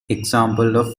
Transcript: examples